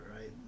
right